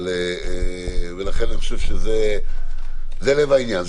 זה לב העניין.